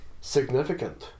significant